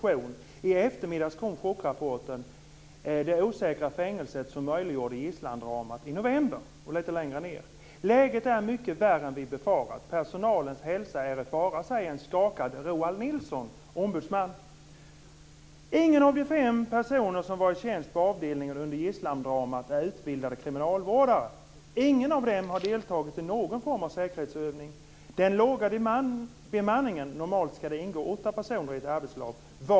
I eftermiddags kom chockrapporten det osäkra fängelset som möjliggjorde gisslandramat i november. Läget är mycket värre än vi befarat. Personalens hälsa är i fara, säger en skakad Roal Nilssen, ombudsman. - Ingen av de fem personer som var i tjänst på avdelningen under gisslandramat är utbildad kriminalvårdare. Ingen av dem har deltagit i någon form av säkerhetsövning. Den låga bemanningen var inget undantag."